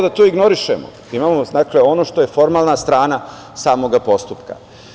Da to ignorišemo, imamo ono što je formalna strana samoga postupka.